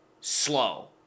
slow